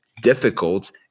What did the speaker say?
difficult